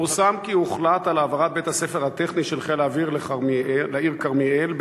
פורסם כי הוחלט על העברת בית-הספר הטכני של חיל האוויר לעיר כרמיאל,